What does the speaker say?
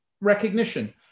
Recognition